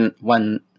one